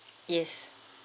yes